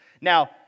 now